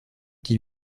qui